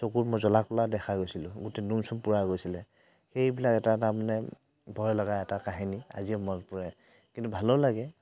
চকুৰ মই জ্বলা কলা দেখা গৈছিলোঁ গোটেই নোম চোম পুৰা গৈছিলে সেইবিলাক এটা তাৰমানে ভয় লগা এটা কাহিনী আজিও মনত পৰে কিন্তু ভালো লাগে